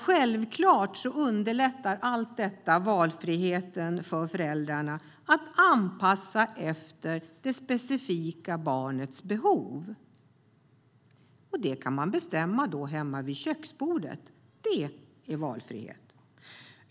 Självklart underlättar allt detta valfriheten för föräldrarna när det gäller anpassning efter barnets specifika behov. Då kan man bestämma hemma vid köksbordet. Det är valfrihet.